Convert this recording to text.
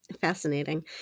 fascinating